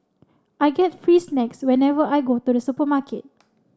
I get free snacks whenever I go to the supermarket